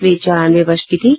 वे चौरानवें वर्ष की थीं